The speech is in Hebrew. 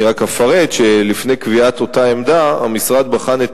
אני רק אפרט שלפני קביעת אותה עמדה המשרד בחן את